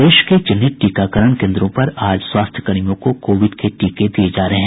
प्रदेश के चिन्हित टीकाकरण केन्द्रों पर आज स्वास्थ्यकर्मियों को कोविड के टीके दिये जा रहे हैं